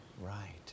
Right